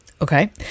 Okay